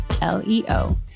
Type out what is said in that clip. L-E-O